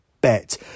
bet